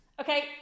Okay